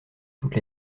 toutes